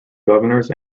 governors